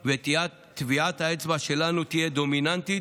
וטביעת האצבע שלנו תהיה דומיננטית,